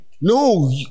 No